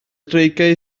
dreigiau